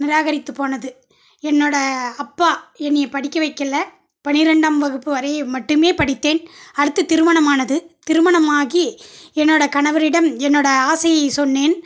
நிராகரித்து போனது என்னோடய அப்பா என்னை படிக்க வைக்கலை பன்னிரெண்டாம் வகுப்பு வரை மட்டுமே படித்தேன் அடுத்து திருமணம் ஆனது திருமணம் ஆகி என்னோடய கணவரிடம் என்னோடய ஆசையை சொன்னேன்